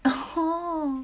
oh